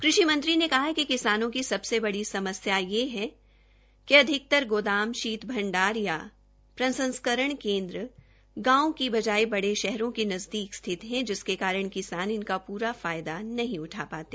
कृषि मंत्री ने कहा कि किसानों की सबसे बड़ी समस्या यह है कि अधिकतर गोदाम शीत भंडार या प्रसंस्करण केन्द्र गांवों की बजाय बड़े शहरों के नजदीक स्थित है जिसके कारण किसान इसका पूरा लाभ नहीं उठा पाते